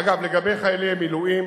אגב, על חיילי המילואים